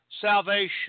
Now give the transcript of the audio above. salvation